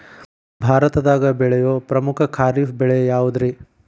ಭಾರತದಾಗ ಬೆಳೆಯೋ ಪ್ರಮುಖ ಖಾರಿಫ್ ಬೆಳೆ ಯಾವುದ್ರೇ?